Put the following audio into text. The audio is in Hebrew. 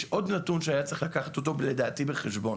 יש עוד נתון שהיה צריך לקחת אותו לדעתי בחשבון.